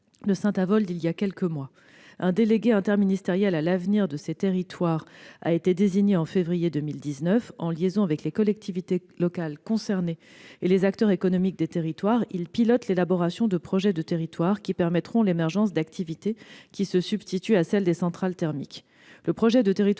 de Saint-Avold il y a quelques mois. Un délégué interministériel à l'avenir des territoires concernés a été désigné en février 2019. En liaison avec les collectivités locales et les acteurs économiques, il pilote l'élaboration de projets de territoire, qui permettront l'émergence d'activités appelées à se substituer à celle des centrales thermiques.